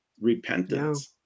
repentance